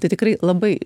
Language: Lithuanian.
tai tikrai labai